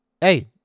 Hey